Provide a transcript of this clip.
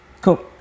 Cool